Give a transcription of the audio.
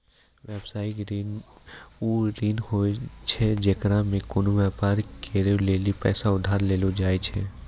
व्यवसायिक ऋण उ ऋण होय छै जेकरा मे कोनो व्यापार करै लेली पैसा उधार लेलो जाय छै